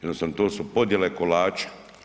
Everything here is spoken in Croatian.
Jednostavno to su podjele kolača.